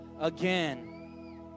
again